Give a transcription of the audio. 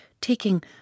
taking